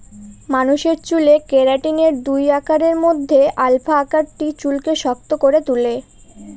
মানুষের চুলে কেরাটিনের দুই আকারের মধ্যে আলফা আকারটি চুলকে শক্ত করে তুলে